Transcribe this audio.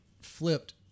flipped